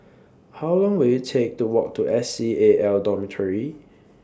How Long Will IT Take to Walk to S C A L Dormitory